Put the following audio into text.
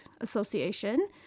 Association